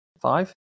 Five